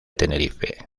tenerife